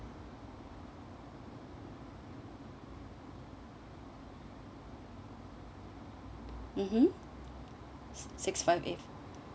mmhmm six five eight